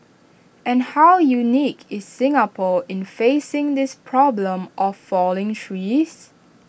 and how unique is Singapore in facing this problem of falling trees